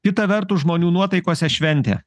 kita vertus žmonių nuotaikose šventė